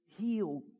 heal